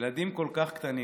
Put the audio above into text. ילדים כל כך קטנים,